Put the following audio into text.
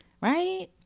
Right